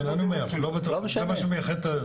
בגלל זה יש דיון.